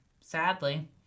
sadly